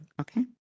Okay